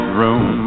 room